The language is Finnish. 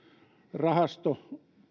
rahasto